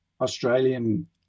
Australian